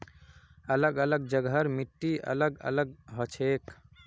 अलग अलग जगहर मिट्टी अलग अलग हछेक